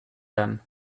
them